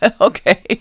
Okay